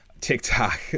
TikTok